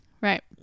Right